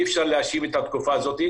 אי אפשר להאשים את התקופה הזאת.